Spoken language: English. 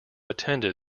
attended